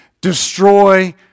Destroy